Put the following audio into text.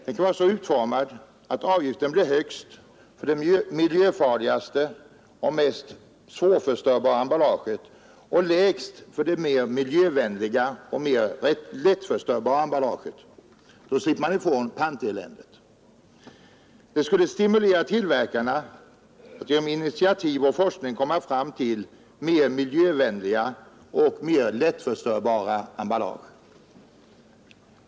Den kan vara utformad så, att avgiften blir högst för det miljöfarligaste och mest svårförstörbara emballaget och lägst för det mer miljövänliga och mer lättförstörbara emballaget. Då slipper man ifrån panteländet. Det skulle stimulera tillverkarna att genom initiativ och forskning komma fram till mer miljövänliga och mer lättförstörbara emballage.